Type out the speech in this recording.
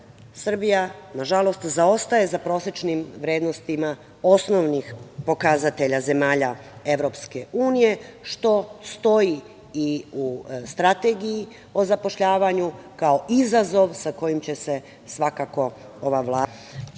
Srbija nažalost zaostaje za prosečnim vrednostima osnovnih pokazatelja zemalja Evropske unije, što stoji i u Strategiji o zapošljavanju, kao izazov sa kojim će se svakako ova Vlada